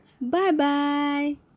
Bye-bye